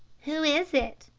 who is it?